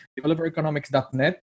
developereconomics.net